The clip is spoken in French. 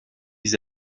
les